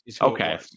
Okay